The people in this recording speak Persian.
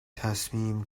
تصمیم